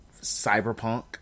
Cyberpunk